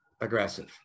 aggressive